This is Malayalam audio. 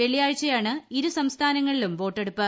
വെള്ളിയാഴ്ചയാണ് ഇരു സംസ്ഥാനങ്ങളിലും വോട്ടെടുപ്പ്